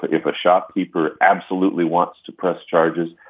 but if a shopkeeper absolutely wants to press charges,